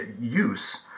use